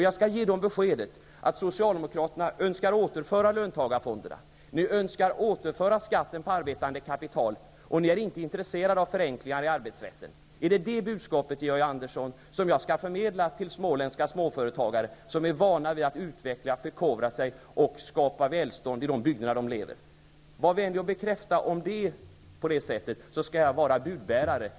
Jag skall ge dem beskedet att Socialdemokraterna önskar återföra löntagarfonderna, önskar återföra skatten på arbetande kapital och inte är intresserade av förenklingar i arbetsrätten. Är det detta budskap, Georg Andersson, som jag skall förmedla till småländska småföretagare, som är vana att utveckla och förkovra sig samt skapa välstånd i de bygder där de lever? Var vänlig och bekräfta om det är på det sättet, så skall jag vara budbärare.